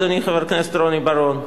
אדוני חבר הכנסת רוני בר-און.